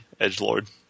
edgelord